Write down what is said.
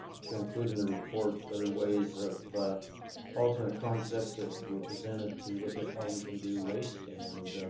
to include in the report other ways of alternate concepts that were presented to look at how we can do waste. and